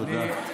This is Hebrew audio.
תודה.